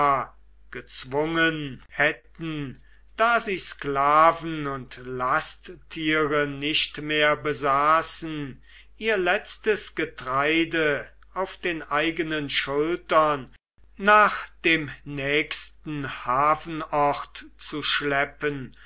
gezwungen hätten da sie sklaven und lasttiere nicht mehr besaßen ihr letztes getreide auf den eigenen schultern nach dem nächsten hafenort zu schleppen